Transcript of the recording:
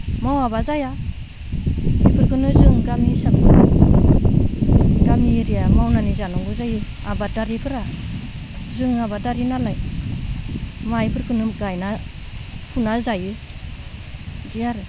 मावाब्ला जाया बेफोरखोनो जों गामि हिसाबै गामि एरिया मावनानै जानांगौ जायो आबादारिफोरा जों आबादारि नालाय माइफोरखोनो गायना फुना जायो बिदि आरो